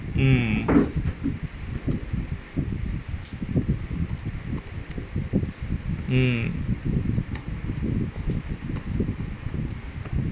mm mm